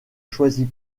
choisit